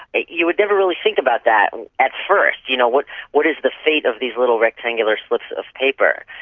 you would never really think about that at first. you know what what is the fate of these little rectangular slips of paper?